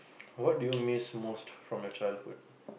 what do you miss most from your childhood